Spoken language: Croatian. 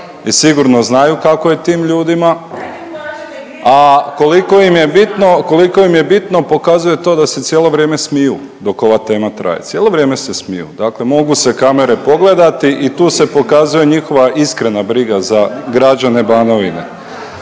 i sigurno znaju kako je tim ljudima, a koliko im je bitno, koliko im je bitno pokazuje to da se cijelo vrijeme smiju dok ova tema traje, cijelo vrijeme se smiju. Dakle, mogu se kamere pogledati i tu se pokazuje njihova iskrena briga za građane Banovine.